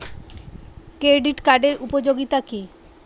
Credit কার্ডের উপযোগিতা কি?